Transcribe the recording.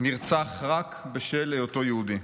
נרצח רק בשל היותו יהודי.